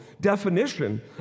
definition